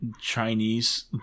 chinese